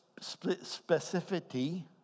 specificity